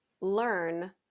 learn